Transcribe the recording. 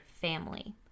family